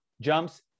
jumps